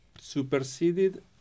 superseded